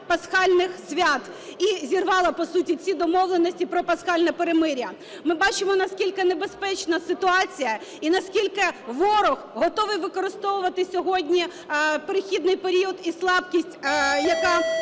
Пасхальних свят і зірвала, по суті, ці домовленості про пасхальне перемир'я. Ми бачимо наскільки небезпечна ситуація і наскільки ворог готовий використовувати сьогодні перехідний період і слабкість, яка